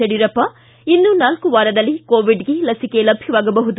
ಯಡಿಯೂರಪ್ಪ ಇನ್ನು ನಾಲ್ಕು ವಾರದಲ್ಲಿ ಕೋವಿಡ್ಗೆ ಲಸಿಕೆ ಲಭ್ಯವಾಗಬಹುದು